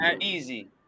easy